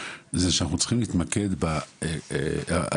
היא שצריכים להתמקד באחריות.